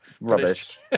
Rubbish